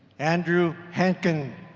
andrew hanken